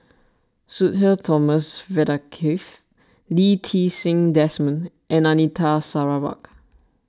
Sudhir Thomas Vadaketh Lee Ti Seng Desmond and Anita Sarawak